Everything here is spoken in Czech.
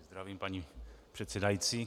Zdravím, paní předsedající.